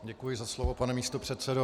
Děkuji za slovo, pane místopředsedo.